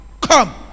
Come